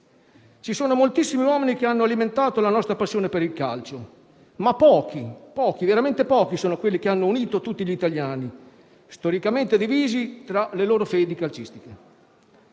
Ci sono moltissimi uomini che hanno alimentato la nostra passione per il calcio, ma veramente pochi sono quelli che hanno unito tutti gli italiani, storicamente divisi tra le loro fedi calcistiche.